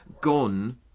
gone